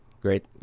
Great